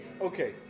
Okay